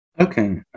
Okay